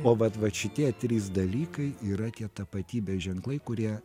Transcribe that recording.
o vat vat šitie trys dalykai yra tie tapatybės ženklai kurie